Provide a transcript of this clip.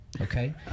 Okay